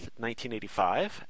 1985